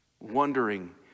wondering